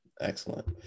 Excellent